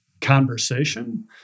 conversation